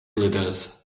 glitters